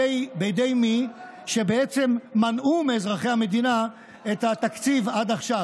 בידי מי שמנעו מאזרחי המדינה את התקציב עד עכשיו.